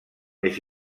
més